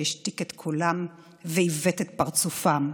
שהשתיק את קולן ועיוות את פרצופן.